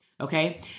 Okay